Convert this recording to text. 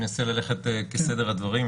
אנסה ללכת כסדר הדברים.